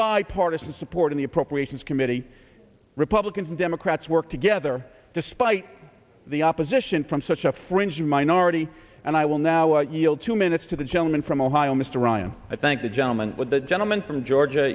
bipartisan support in the appropriations committee republicans and democrats work together despite the opposition from such a fringe minority and i will now i yield two minutes to the gentleman from ohio mr ryan i thank the gentleman with the gentleman from georgia